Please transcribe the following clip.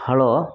hello